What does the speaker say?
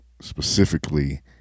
specifically